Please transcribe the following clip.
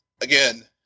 again